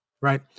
right